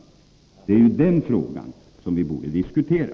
Det är den frågan vi borde diskutera.